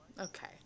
Okay